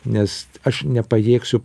nes aš nepajėgsiu